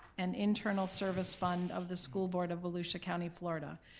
and internal service fund of the school board of volusia county, florida,